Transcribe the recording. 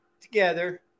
together